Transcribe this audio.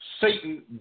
Satan